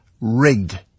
rigged